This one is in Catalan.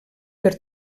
per